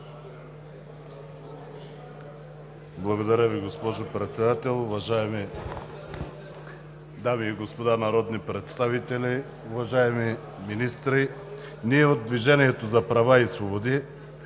Благодаря, госпожо Председател. Уважаеми дами и господа народни представители, уважаеми министри! От „Движението за права и свободи“